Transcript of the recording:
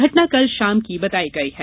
घटना कल शाम की बताई गई है